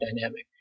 dynamic